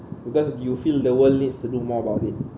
because you feel the world needs to do more about it